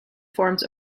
forms